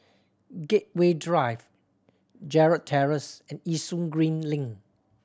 Gateway Drive Gerald Terrace and Yishun Green Link